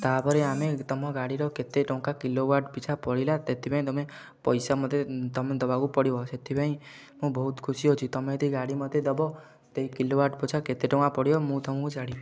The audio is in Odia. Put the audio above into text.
ତା'ପରେ ଆମେ ତମ ଗାଡ଼ିର କେତେ ଟଙ୍କା କିଲୋୱାଟ୍ ପିଛା ପଡ଼ିଲା ସେଥିପାଇଁ ତମେ ପଇସା ମୋତେ ତମେ ଦେବାକୁ ପଡ଼ିବ ସେଥିପାଇଁ ମୁଁ ବହୁତ ଖୁସି ଅଛି ତମେ ଗାଡ଼ି ମୋତେ ଦେବ ସେଇ କିଲୋୱାଟ୍ ପିଛା କେତେ ଟଙ୍କା ପଡ଼ିବ ମୁଁ ତମକୁ ଛାଡ଼ିବି